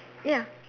ya